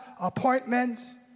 appointments